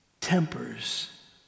tempers